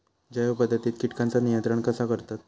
जैव पध्दतीत किटकांचा नियंत्रण कसा करतत?